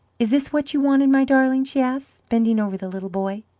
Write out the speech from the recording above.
is this what you wanted, my darling? she asked, bending over the little boy.